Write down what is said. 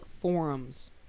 forums